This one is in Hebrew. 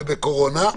קורונה,